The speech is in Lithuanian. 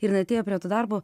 ir jinai atėjo prie to darbo